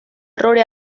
errore